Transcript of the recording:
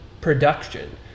production